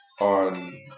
on